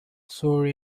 sore